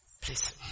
please